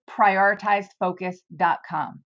PrioritizedFocus.com